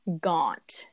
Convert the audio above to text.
gaunt